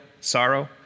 sorrow